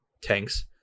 tanks